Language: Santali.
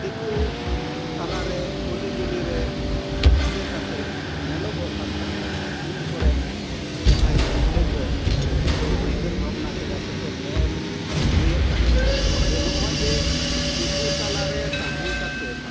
ᱫᱤᱠᱩ ᱛᱟᱞᱟ ᱨᱮ ᱩᱞᱤ ᱜᱩᱞᱤ ᱨᱮ ᱛᱟᱦᱮᱸ ᱠᱟᱛᱮᱫ ᱧᱮᱞᱚᱜᱚᱜ ᱛᱟᱦᱮᱫ ᱩᱱᱠᱚᱨᱮᱱ ᱡᱟᱦᱟᱭ ᱜᱚᱢᱠᱮ ᱠᱚ ᱩᱭᱦᱟᱹᱨ ᱵᱷᱟᱵᱱᱟ ᱠᱮᱫᱟ ᱥᱮᱠᱚ ᱧᱮᱞ ᱟᱹᱜᱩᱭᱮᱫ ᱛᱟᱦᱮᱫ ᱡᱮ ᱱᱚᱜᱚᱭ ᱡᱮ ᱫᱤᱠᱩ ᱛᱟᱞᱟ ᱨᱮ ᱛᱟᱦᱮᱸ ᱠᱟᱛᱮᱫ